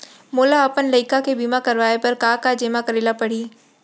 मोला अपन लइका के बीमा करवाए बर का का जेमा करे ल परही?